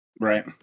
Right